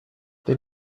they